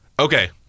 okay